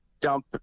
dump